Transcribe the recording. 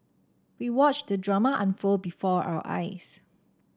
we watched the drama unfold before our eyes